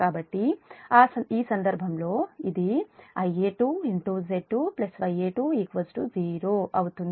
కాబట్టి ఈ సందర్భంలో ఇది Ia2 Z2 Va2 0 అవుతుంది